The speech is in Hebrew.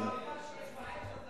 יש "עץ הזית" ומועצת הזית.